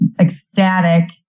ecstatic